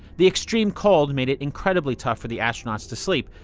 the extreme cold made it incredibly tough for the astronauts to sleep.